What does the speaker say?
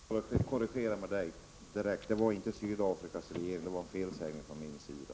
Herr talman! Låt mig korrigera vad jag nyss sade — Sydafrikas regering var en felsägning från min sida.